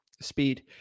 speed